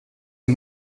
une